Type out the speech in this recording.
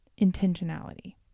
intentionality